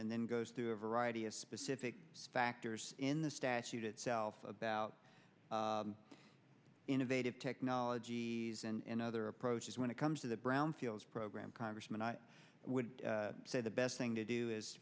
and then goes through a variety of specific factors in the statute itself about innovative technologies and other approaches when it comes to the brownfields program congressman i would say the best thing to do is